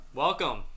Welcome